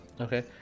okay